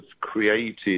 created